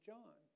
John